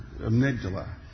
amygdala